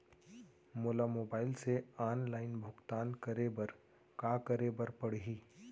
मोला मोबाइल से ऑनलाइन भुगतान करे बर का करे बर पड़ही?